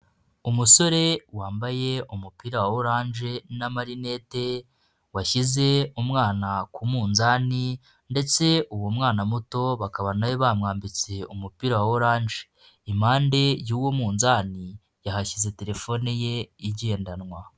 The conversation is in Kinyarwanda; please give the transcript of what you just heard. Umusore wambaye umupira wa oranje n'amarinete washyize umwana ku munzani, ndetse uwo mwana muto bakaba na we bamwambitse umupira wa oranje, impande y'uwo munzani yahashyize terefone ye igendanwa.